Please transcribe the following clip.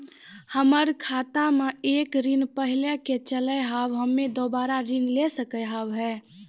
हमर खाता मे एक ऋण पहले के चले हाव हम्मे दोबारा ऋण ले सके हाव हे?